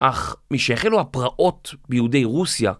אך מי שהחלו הפרעות ביהודי רוסיה